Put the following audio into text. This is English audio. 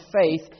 faith